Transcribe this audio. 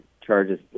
charges